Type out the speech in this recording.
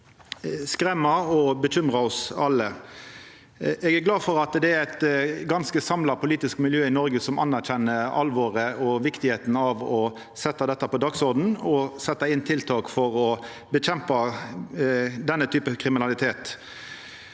å skremma og bekymra oss alle. Eg er glad for at det er eit ganske samla politisk miljø i Noreg som anerkjenner alvoret og viktigheita av å setja dette på dagsordenen og setja inn tiltak for å kjempa mot denne typen kriminalitet.